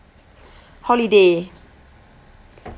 holiday